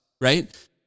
right